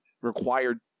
required